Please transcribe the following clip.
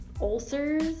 ulcers